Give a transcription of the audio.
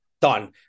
Done